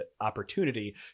opportunity